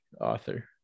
author